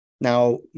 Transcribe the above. Now